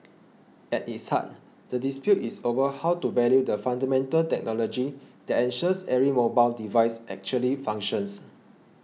at its heart the dispute is over how to value the fundamental technology that ensures every mobile device actually functions